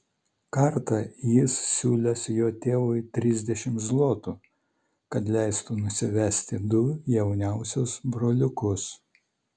kartą jis siūlęs jo tėvui trisdešimt zlotų kad leistų nusivesti du jauniausius broliukus